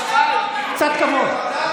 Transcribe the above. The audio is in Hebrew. קצת כבוד,